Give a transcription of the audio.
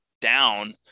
down